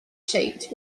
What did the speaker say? shaped